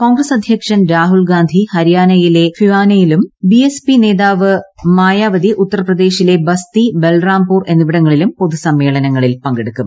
കോൺഗ്രസ് അധ്യക്ഷൻ രാഹുൽ ഗാന്ധി ഹരിയാനയിലെ ഫിവാനിയിലും ബി എസ് പി നേതാവ് മായാവതി ഉത്തർ പ്രദേശിലെ ബസ്തി ബൽറാംപൂർ എന്നിവിടങ്ങളിലും പൊതു സമ്മേളനങ്ങളിൽ പങ്കെടുക്കും